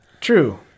True